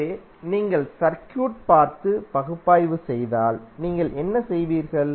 எனவே நீங்கள் சர்க்யூட் பார்த்து பகுப்பாய்வு செய்தால் நீங்கள் என்ன செய்வீர்கள்